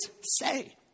say